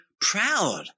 proud